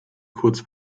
kurz